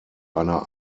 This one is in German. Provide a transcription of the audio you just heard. einer